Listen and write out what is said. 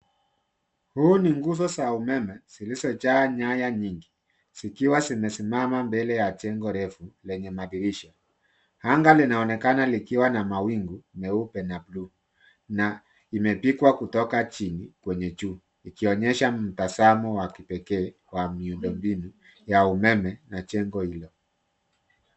Huu ni nguzo za umeme zilizojaa nyaya nyingi zikiwa zimesimama mbele ya jengo refu lenye madirisha, anga linaonekana likiwa na mawingu meupe na bluu na imepigwa kutoka chini kwenye juu, ikionyesha mtazamo wa kipekee kwa miundombinu ya umeme na jengo hilo.